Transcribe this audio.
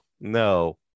no